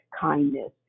kindness